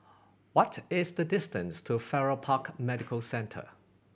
what is the distance to Farrer Park Medical Centre